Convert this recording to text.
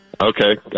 Okay